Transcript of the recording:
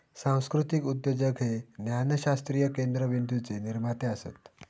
सांस्कृतीक उद्योजक हे ज्ञानशास्त्रीय केंद्रबिंदूचे निर्माते असत